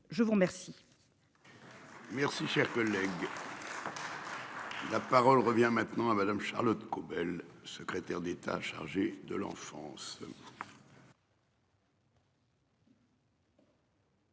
Je vous remercie.